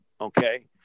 okay